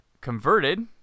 Converted